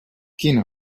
quina